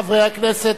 חברי הכנסת,